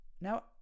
Now